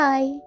Bye